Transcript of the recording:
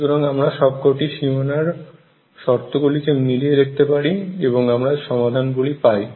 সুতরাং আমরা সব কটি সীমানার শর্তগুলি কে মিলিয়ে দেখতে পারি এবং আমরা সমাধানগুলি পাই